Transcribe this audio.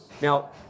now